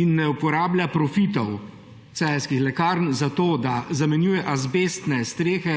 in ne uporablja profitov Celjskih lekarn zato, da zamenjuje azbestne strehe